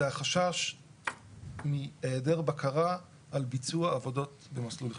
החשש מהיעדר בקרה על ביצוע עבודות במסלול חיזוק.